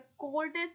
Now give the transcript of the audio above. coldest